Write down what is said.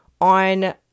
on